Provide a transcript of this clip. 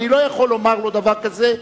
אני לא יכול לומר לו דבר כזה.